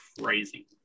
crazy